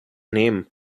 name